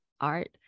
art